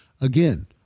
Again